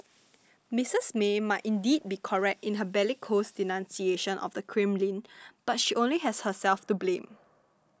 Missus May might indeed be correct in her bellicose denunciation of the Kremlin but she only has herself to blame